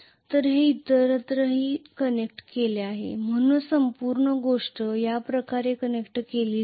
तर ते इतरत्रही कनेक्ट केलेले असावे म्हणूनच संपूर्ण गोष्ट या प्रकारे कनेक्ट केली जाईल